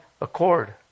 accord